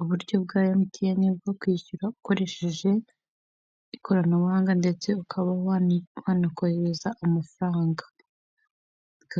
Uburyo bwa emutiyeni bwo kwishyura ukoresheje ikoranabuhanga ndetse ukaba wanakohereza amafaranga;